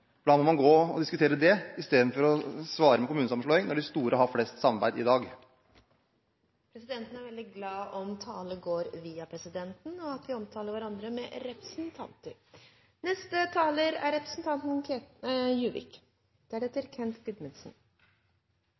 må man gå og diskutere det istedenfor å svare med kommunesammenslåing når de store har mest samarbeid i dag. Presidenten setter pris på at talen går via presidenten, og at vi omtaler hverandre som representanter. Jeg vil først starte med å konstatere at Jern-Ernas politikk er